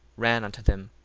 ran unto them.